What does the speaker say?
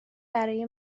برای